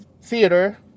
Theater